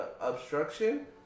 obstruction